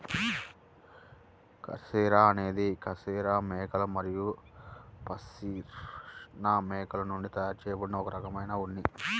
cashmere అనేది cashmere మేకలు మరియు పష్మినా మేకల నుండి తయారు చేయబడిన ఒక రకమైన ఉన్ని